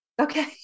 Okay